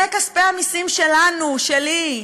זה כספי הממשלה שלנו, שלי.